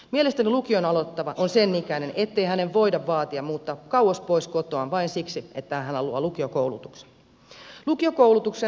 mielestäni lukion aloittava on sen ikäinen ettei häntä voida vaatia muuttamaan kauas pois kotoaan vain siksi että hän haluaa lukiokoulutuksen